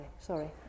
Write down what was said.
Sorry